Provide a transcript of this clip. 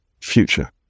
future